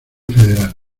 federal